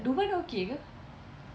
dubai dah okay ke